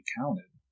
counted